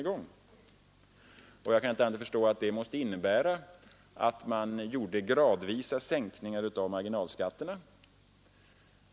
Jag kan inte förstå annat än att det måste innebära att man genomför gradvisa sänkningar av marginalskatterna.